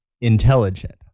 intelligent